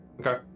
Okay